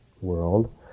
world